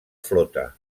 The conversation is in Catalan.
flota